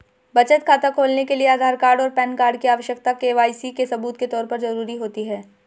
बचत खाता खोलने के लिए आधार कार्ड और पैन कार्ड की आवश्यकता के.वाई.सी के सबूत के तौर पर ज़रूरी होती है